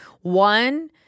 One